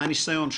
מהניסיון שלך.